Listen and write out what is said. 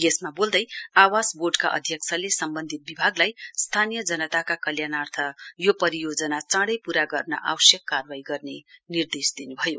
यसमा बोल्दै आवास बोर्डका अध्यक्षले सम्बन्धित विभागलाई स्थानीय जनताका कल्णार्थ यो परियोजना चाडै पूरा गर्न आवश्यक कार्वाही गर्ने निर्देश दिन् भयो